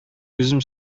үзем